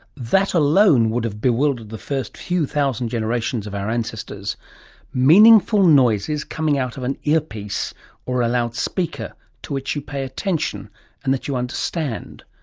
that alone would have bewildered the first few thousand generations of our ancestors meaningful noises coming out of an earpiece or a loudspeaker to which you pay attention and that you understand.